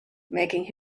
making